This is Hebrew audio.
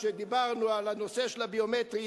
כשדיברנו על הנושא של הביומטרי,